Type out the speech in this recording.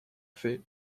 fais